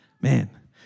man